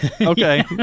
Okay